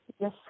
Yes